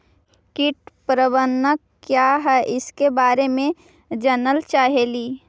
कीट प्रबनदक क्या है ईसके बारे मे जनल चाहेली?